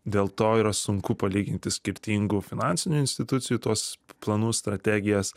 dėl to yra sunku palyginti skirtingų finansinių institucijų tuos planus strategijas